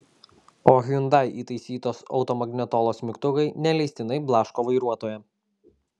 o hyundai įtaisytos automagnetolos mygtukai neleistinai blaško vairuotoją